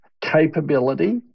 capability